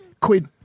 quid